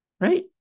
Right